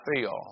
feel